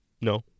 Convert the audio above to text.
no